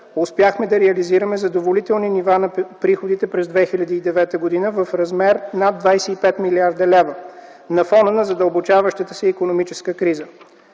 успяхме да реализираме задоволителни нива на приходите през 2009 г. в размер над 25 млрд. лв. на фона на задълбочаващата се икономическа криза.